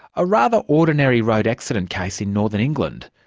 a rather ordinary road accident case in northern england,